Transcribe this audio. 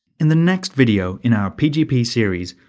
in the next video in our pgp series,